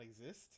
exist